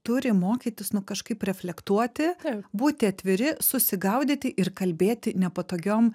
turi mokytis nu kažkaip reflektuoti būti atviri susigaudyti ir kalbėti nepatogiom